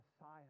Messiah